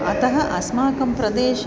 अतः अस्माकं प्रदेशे